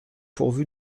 pourvu